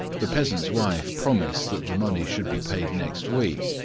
the peasant's wife promised that the money should be paid next week,